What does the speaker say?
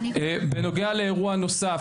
בנוגע לאירוע נוסף,